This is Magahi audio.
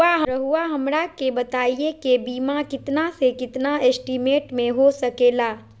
रहुआ हमरा के बताइए के बीमा कितना से कितना एस्टीमेट में हो सके ला?